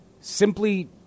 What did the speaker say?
simply